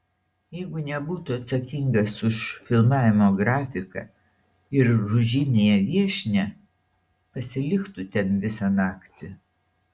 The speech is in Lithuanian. jeigu nebūtų atsakingas už filmavimo grafiką ir už žymiąją viešnią pasiliktų ten visą naktį